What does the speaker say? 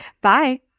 Bye